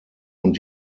und